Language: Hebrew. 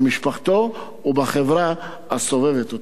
במשפחתו ובחברה הסובבת אותו.